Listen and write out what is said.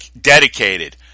dedicated